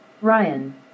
Ryan